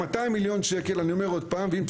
ה- 200 מיליון ש"ח,